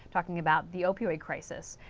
talking about the opioid crisis.